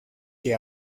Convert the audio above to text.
que